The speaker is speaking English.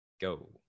go